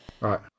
Right